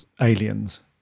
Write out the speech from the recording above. aliens